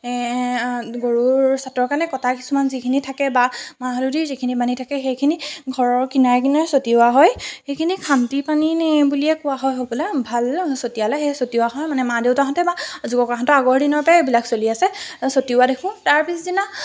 গৰুৰ চাতৰ কাৰণে কটা কিছুমান যিখিনি থাকে বা মাহ হালধি যিখিনি বাকী থাকে সেইখিনি ঘৰৰ কিনাৰে কিনাৰে চটিওৱা হয় সেইখিনি শান্তি পানীনে বুলিয়ে কোৱা হয় হ'বলা ভাল চটিয়ালে সেয়ে চটিওৱা হয় মানে মা দেউতা হ'তে বা আজোককাহঁতৰ আগৰ দিনৰপৰাই এইবিলাক চলি আছে চটিওৱা দেখোঁ তাৰ পিছদিনা